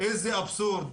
איזה אבסורד,